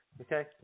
Okay